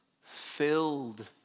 filled